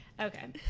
okay